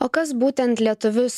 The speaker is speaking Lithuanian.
o kas būtent lietuvius